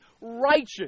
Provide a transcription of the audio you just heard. righteous